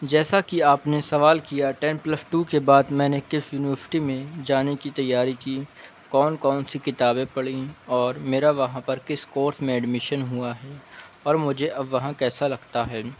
جیسا کہ آپ نے سوال کیا ٹین پلس ٹو کے بعد میں نے کس یونیورسٹی میں جانے کی تیاری کی کون کون سی کتابیں پڑھی اور میرا وہاں پر کس کورس میں ایڈمیشن میں ہوا ہے اور مجھے اب وہاں کیسا لگتا ہے